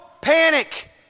panic